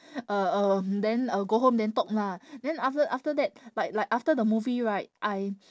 uh um then uh go home then talk lah then after after that like like after the movie right I